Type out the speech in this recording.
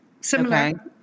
similar